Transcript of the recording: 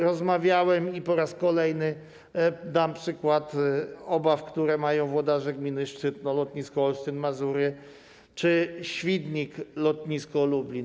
Rozmawiałem o tym i po raz kolejny dam przykład obaw, które mają włodarze gminy Szczytno, lotnisko Olsztyn-Mazury, czy Świdnik, lotnisko Lublin.